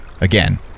Again